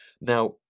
Now